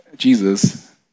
Jesus